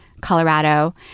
Colorado